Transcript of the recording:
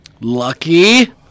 Lucky